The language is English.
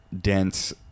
dense